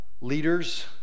leaders